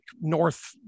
north